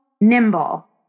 nimble